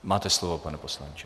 Máte slovo, pane poslanče.